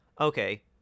okay